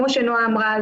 כמו שנעה אמרה,